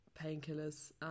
painkillers